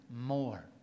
more